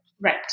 Right